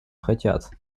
хотят